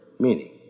Meaning